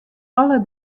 alle